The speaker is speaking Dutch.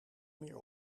meer